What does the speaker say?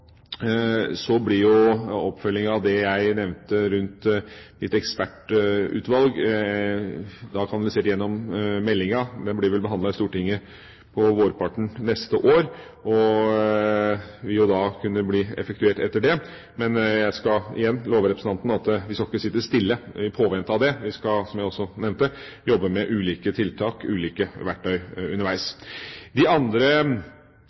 av det jeg nevnte rundt et ekspertutvalg, kanalisert gjennom meldinga, som vel vil bli behandlet i Stortinget på vårparten neste år, og det vil da kunne bli effektuert etter det. Men jeg skal igjen love representanten at vi ikke skal sitte stille i påvente av det. Vi skal, som jeg også nevnte, jobbe med ulike tiltak og ulike verktøy underveis. De andre